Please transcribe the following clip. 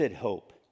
hope